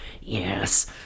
yes